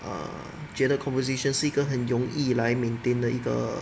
err 觉得 conversation 是一个很容易来 maintain 的一个